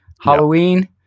Halloween